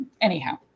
anyhow